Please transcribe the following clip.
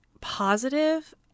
positive